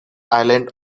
island